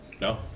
No